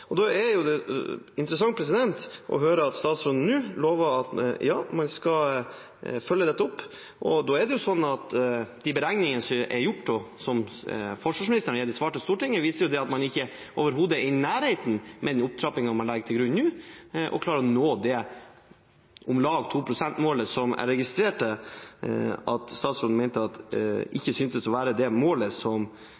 Det er interessant å høre at statsråden nå lover at man skal følge dette opp. De beregningene som er gjort, og som forsvarsministeren har gitt i svar til Stortinget, viser at man med den opptrappingen man nå legger til grunn, overhodet ikke er i nærheten å klare å nå om lag det 2 pst.-målet som jeg registrerte at statsråden mente ikke syntes å være det målet som det er sagt at